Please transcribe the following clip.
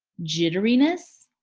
jitteriness.